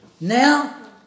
Now